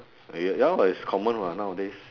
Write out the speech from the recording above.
ya lor it's common [what] nowadays